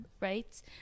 right